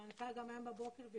המנכ"ל היום בבוקר ביטל.